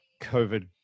COVID